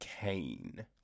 Kane